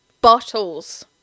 bottles